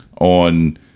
On